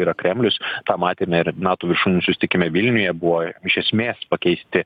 yra kremlius tą matėme ir nato viršūnių susitikime vilniuje buvo iš esmės pakeisti